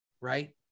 right